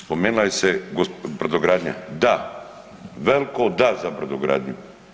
Spomenula se je brodogradnja, da, veliko da za brodogradnju.